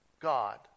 God